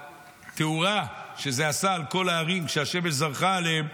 והתאורה שזה עשה על כל הערים, כשהשמש זרחה עליהם,